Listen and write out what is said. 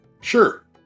Sure